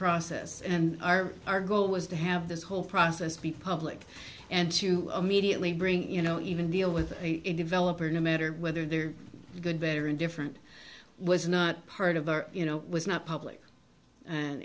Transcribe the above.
process and our our goal was to have this whole process be public and to immediately bring you know even deal with the developer no matter whether they're good better indifferent was not part of our you know was not public